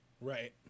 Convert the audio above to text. Right